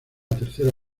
tercera